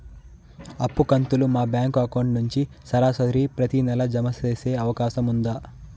అప్పు కంతులు మా బ్యాంకు అకౌంట్ నుంచి సరాసరి ప్రతి నెల జామ సేసే అవకాశం ఉందా?